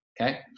okay